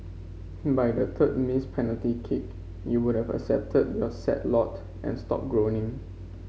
by the missed penalty kick you would've accepted your sad lot and stopped groaning